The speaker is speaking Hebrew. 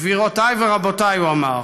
"גבירותיי ורבותיי", הוא אמר,